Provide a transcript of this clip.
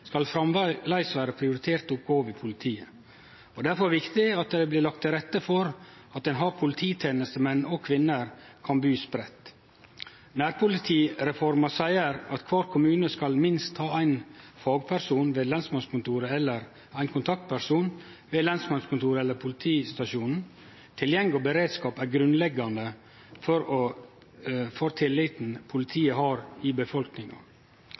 skal framleis vere prioriterte oppgåver i politiet, og det er derfor viktig at det blir lagt til rette for at polititenestemenn og -kvinner kan bu spreidd. Nærpolitireforma seier at kvar kommune skal ha minst ein fast kontaktperson ved lensmannskontoret eller politistasjonen. Tilgjenge og beredskap er grunnleggjande for tilliten politiet har i befolkninga.